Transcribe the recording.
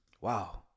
wow